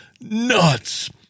nuts